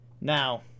Now